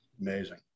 Amazing